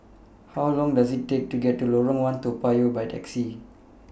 How Long Does IT Take to get to Lorong one Toa Payoh By Taxi